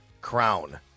crown